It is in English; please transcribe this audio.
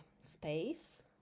space